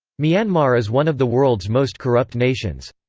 myanmar is one of the world's most corrupt nations.